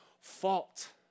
fought